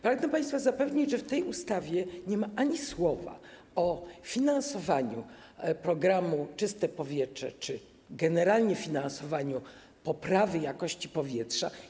Pragnę państwa zapewnić, że w tej ustawie nie ma ani słowa o finansowaniu programu ˝Czyste powietrze˝ czy generalnie o finansowaniu poprawy jakości powietrza.